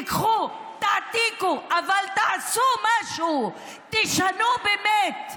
תיקחו, תעתיקו, אבל תעשו משהו, תשנו באמת.